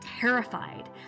terrified